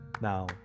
Now